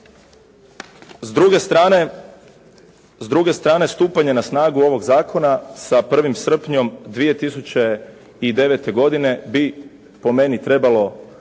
S druge strane, stupanje na snagu ovog zakona sa 1. srpnjem 2009. godine bi po meni trebalo,